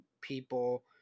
people